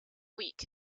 week